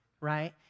right